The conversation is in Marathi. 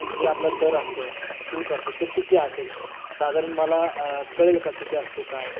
जे आपला दर असतो शुल्क असो तो किती असेल साधारण मला कळेल का किती असतो काय